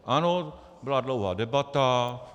Ano, byla dlouhá debata.